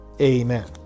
Amen